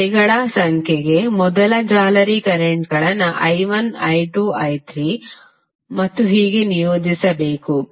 ಜಾಲರಿಗಳ ಸಂಖ್ಯೆಗೆ ಮೊದಲ ಜಾಲರಿ ಕರೆಂಟ್ಗಳನ್ನು I1 I2 I3 ಮತ್ತು ಹೀಗೆ ನಿಯೋಜಿಸಬೇಕು